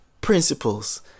principles